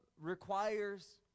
requires